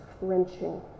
wrenching